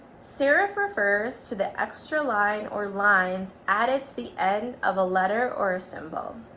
serif refers to the extra line or lines added to the end of a letter or a symbol.